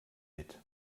mit